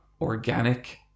organic